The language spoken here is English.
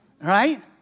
Right